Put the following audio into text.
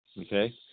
Okay